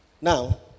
now